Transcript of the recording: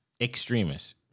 extremists